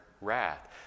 wrath